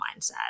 mindset